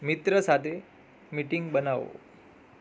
મિત્ર સાથે મીટીંગ બનાવો